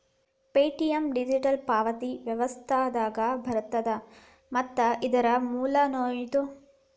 Paytm digital ಪಾವತಿ ವ್ಯವಸ್ಥೆದಾಗ ಬರತ್ತ ಮತ್ತ ಇದರ್ ಮೂಲ ನೋಯ್ಡಾ